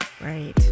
Right